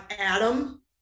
Adam